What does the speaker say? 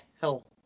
hell